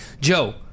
Joe